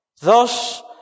Thus